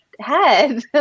head